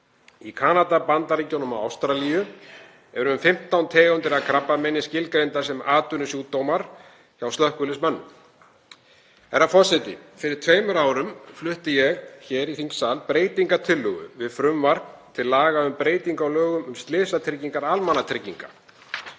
Í Kanada, Bandaríkjunum og Ástralíu eru um 15 tegundir af krabbameini skilgreindar sem atvinnusjúkdómar hjá slökkviliðsmönnum. Herra forseti. Fyrir tveimur árum flutti ég hér í þingsal breytingartillögu við frumvarp til laga um breytingu á lögum um slysatryggingar almannatrygginga.